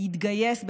יתגייס,